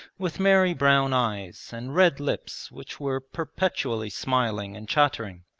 with merry brown eyes, and red lips which were perpetually smiling and chattering.